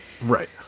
Right